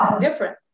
different